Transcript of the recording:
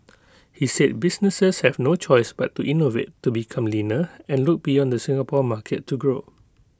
he said businesses have no choice but to innovate to become leaner and look beyond the Singapore market to grow